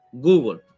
Google